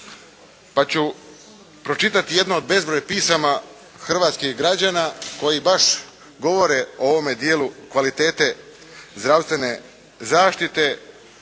Pa ću pročitati jedno od bezbroj pisama hrvatskih građana koji baš govore o ovome dijelu kvalitete zdravstvene zaštite,